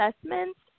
assessments